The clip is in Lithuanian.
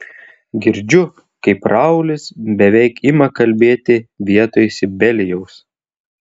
girdžiu kaip raulis beveik ima kalbėti vietoj sibelijaus